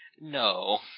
No